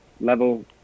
level